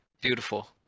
Beautiful